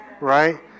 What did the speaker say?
right